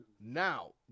Now